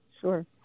sure